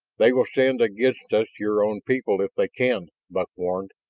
they will send against us your own people if they can, buck warned.